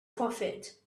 prophet